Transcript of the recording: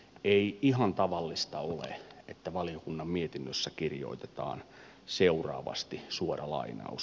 ei ihan tavallista ole että valiokunnan mietinnössä kirjoitetaan seuraavasti suora lainaus